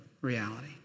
reality